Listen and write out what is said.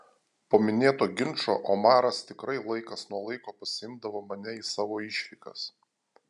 po minėto ginčo omaras tikrai laikas nuo laiko pasiimdavo mane į savo išvykas